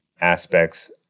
aspects